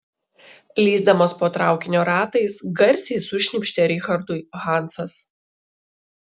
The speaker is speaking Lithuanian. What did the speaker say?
lįsdamas po traukinio ratais garsiai sušnypštė richardui hansas